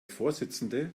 vorsitzende